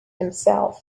himself